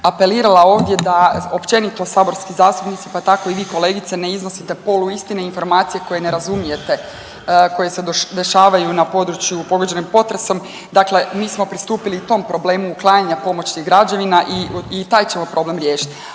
apelirala ovdje da općenito saborski zastupnici, pa tako i vi kolegice ne iznosite poluistine i informacije koje ne razumijete, koje se dešavaju na području pogođenim potresom. Dakle, mi smo pristupili i tom problemu uklanjanja pomoćnih građevina i, i taj ćemo problem riješiti.